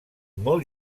molt